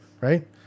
Right